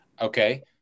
Okay